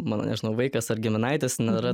mano vaikas ar giminaitis nėra